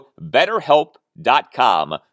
betterhelp.com